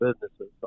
businesses